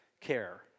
care